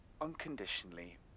unconditionally